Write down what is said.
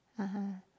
(uh huh)